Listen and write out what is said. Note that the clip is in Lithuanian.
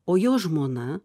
o jo žmona